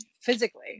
physically